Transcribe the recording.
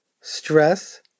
stress